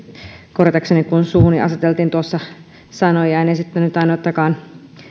korjatakseni kun suuhuni aseteltiin tuossa sanoja en esittänyt ainuttakaan